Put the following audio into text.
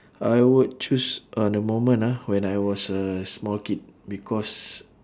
I would choose a the moment ah when I was a small kid because